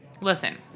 listen